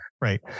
Right